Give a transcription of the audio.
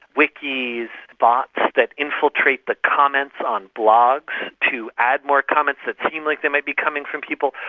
wikis, bots that infiltrate the comments on blogs to add more comments that seem like they might be coming from people.